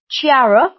Chiara